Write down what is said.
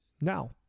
now